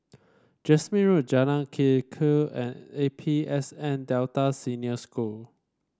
Jasmine Road Jalan Lekub and A P S N Delta Senior School